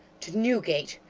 to newgate!